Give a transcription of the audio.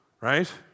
right